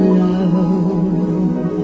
love